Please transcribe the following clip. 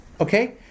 okay